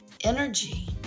energy